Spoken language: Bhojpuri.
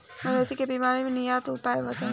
मवेशी के बिमारी से निजात के उपाय बताई?